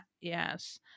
yes